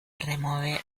remover